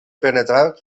penetrar